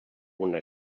una